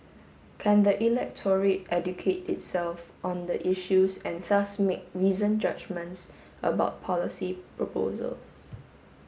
can the electorate educate itself on the issues and thus make reasoned judgements about policy proposals